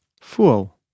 fool